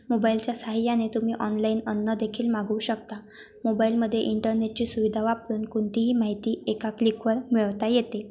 मोबाईलच्या साहाय्याने तुम्ही ऑनलाईन अन्नदेखील मागवू शकता मोबाईलमध्ये इंटरनेटची सुविधा वापरून कोणतीही माहिती एका क्लिकवर मिळवता येते